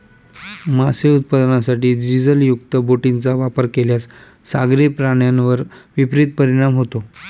मासे उत्पादनासाठी डिझेलयुक्त बोटींचा वापर केल्यास सागरी प्राण्यांवर विपरीत परिणाम होतो